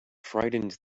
frightened